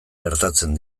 gertatzen